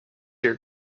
your